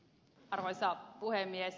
arvoisa puhemies